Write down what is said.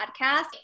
podcast